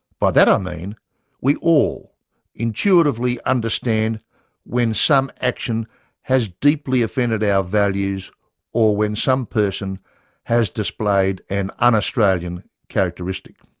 by that i mean we all intuitively understand when some action has deeply offended our values or when some person has displayed an un-australian characteristic.